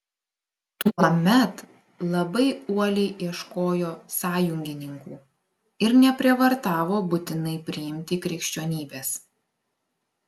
tuomet labai uoliai ieškojo sąjungininkų ir neprievartavo būtinai priimti krikščionybės